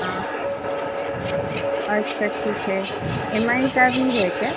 हाँ अच्छा ठीक है एम आई का भी है क्या